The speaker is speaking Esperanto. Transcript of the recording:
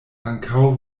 ankaŭ